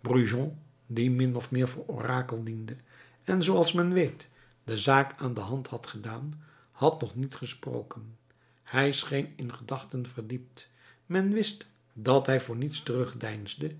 brujon die min of meer voor orakel diende en zooals men weet de zaak aan de hand had gedaan had nog niet gesproken hij scheen in gedachten verdiept men wist dat hij voor niets terugdeinsde